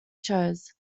shows